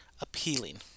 appealing